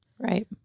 Right